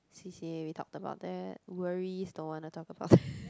C_C_A we talked about that worries don't want to talk about that